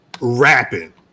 rapping